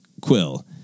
Quill